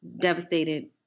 devastated